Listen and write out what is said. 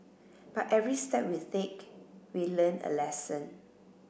but every step we take we learn a lesson